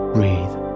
Breathe